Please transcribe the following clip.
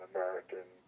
American